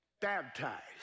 baptized